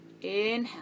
Inhale